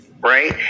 right